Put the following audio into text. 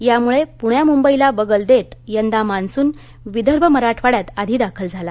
त्यामुळे पुण्या मुंबईला बगल देत यंदा मान्सून विदर्भ मराठवाड्यात आधी दाखल झाला